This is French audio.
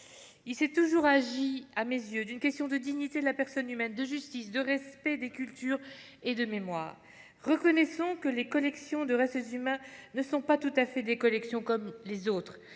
Il s'est toujours agi à mes yeux d'une question de dignité de la personne humaine, de justice, de respect des cultures et de mémoire. Très bien ! Reconnaissons que les collections de restes humains ne sont pas tout à fait des collections comme les autres.